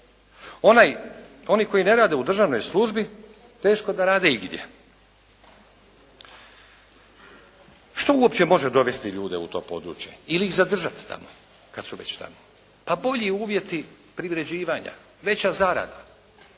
Oni koji ne rade u državnoj službi teško da rade igdje. Što uopće može dovesti ljude u to područje ili ih zadržati tamo kad su već tamo? Pa bolji uvjeti privređivanja, veća zarada